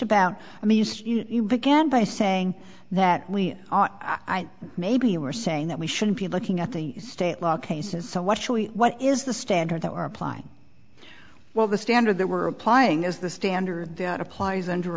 about i mean you began by saying that we ought i may be you are saying that we shouldn't be looking at the state law cases so what what is the standard that we are applying well the standard that we're applying is the standard that applies under